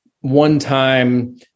one-time